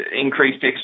increased